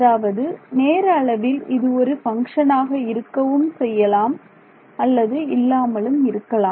அதாவது நேர அளவில் இது ஒரு ஃபங்ஷன் ஆக இருக்கவும் செய்யலாம் அல்லது இல்லாமலும் இருக்கலாம்